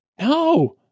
No